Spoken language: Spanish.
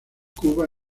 cuba